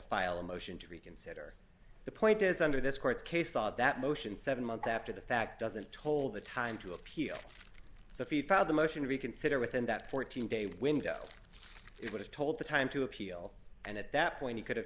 file a motion to reconsider the point is under this court's case thought that motion seven months after the fact doesn't told the time to appeal so if he filed the motion to reconsider within that fourteen day window it would have told the time to appeal and at that point he could have